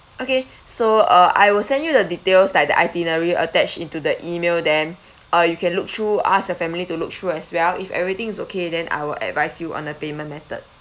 okay so uh I will send you the details like the itinerary attached into the email then uh you can look through ask your family to look through as well if everything is okay then I will advise you on the payment method